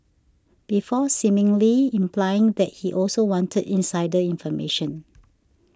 before seemingly implying that he also wanted insider information